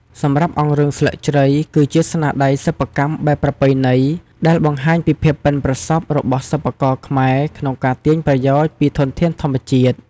សម្រាប់អង្រឹងស្លឹកជ្រៃគឺជាស្នាដៃសិប្បកម្មបែបប្រពៃណីដែលបង្ហាញពីភាពប៉ិនប្រសប់របស់សិប្បករខ្មែរក្នុងការទាញយកប្រយោជន៍ពីធនធានធម្មជាតិ។